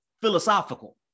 philosophical